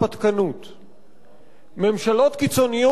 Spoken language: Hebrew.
ממשלות קיצוניות היו לישראל גם בעבר,